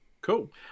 Cool